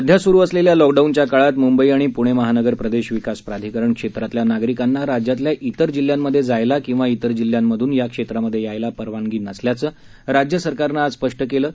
सध्या सुरु असलेल्या लॉकडाऊनच्या काळात मुंबई आणि पुणे महानगर प्रदेश विकास प्राधिकरण क्षेत्रातल्या नागरिकांना राज्यातल्या इतर जिल्ह्यांमधे जायला किंवा इतर जिल्ह्यांमधून या क्षेत्रांमधे यायला परवानगी नसल्याचं राज्य सरकारनं आज स्पष्ट केलं आहे